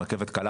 הרכבת הקלה,